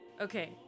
Okay